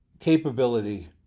capability